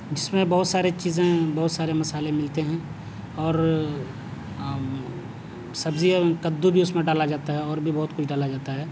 جس میں بہت سارے چیزیں بہت سارے مصالحے ملتے ہیں اور سبزیاں کدو بھی اس میں ڈالا جاتا ہے اور بھی بہت کچھ ڈالا جاتا ہے